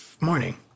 morning